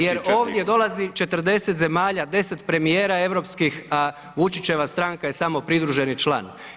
jer ovdje dolazi 40 zemalja, 10 premijera europskih a Vučićeva stranka je samo pridruženi član.